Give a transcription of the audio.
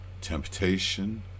temptation